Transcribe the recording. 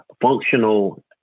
functional